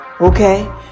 Okay